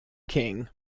king